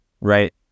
right